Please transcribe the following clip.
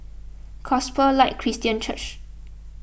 Gospel Light Christian Church